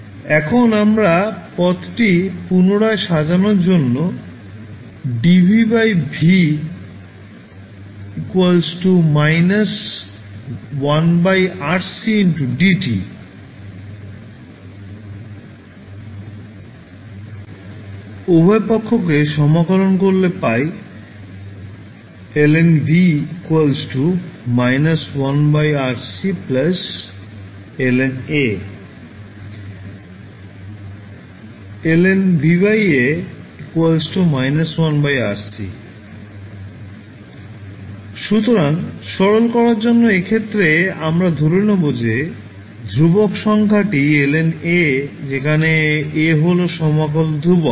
এখন আমরা পদটি পুনরায় সাজানোর জন্য বলি উভয় পক্ষ কে সমাকলন করলে পাই সুতরাং সরল করার জন্য এই ক্ষেত্রে আমরা ধরে নেব যে ধ্রুবক শব্দটি ln A যেখানে A হল সমাকল ধ্রুবক